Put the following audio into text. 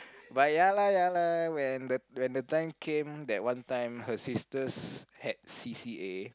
but ya lah ya lah when the when the time came that one time her sisters had c_c_a